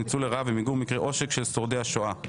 ניצול לרעה ומיגור מקרי עושק של שורדי השואה.